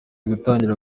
gutangira